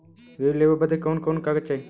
ऋण लेवे बदे कवन कवन कागज चाही?